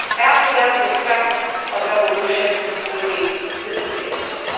after that the effect of evolution completely dissipates.